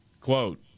Quote